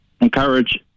encourage